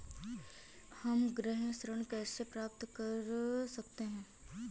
हम गृह ऋण कैसे प्राप्त कर सकते हैं?